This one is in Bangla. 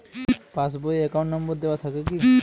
পাস বই এ অ্যাকাউন্ট নম্বর দেওয়া থাকে কি?